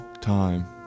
time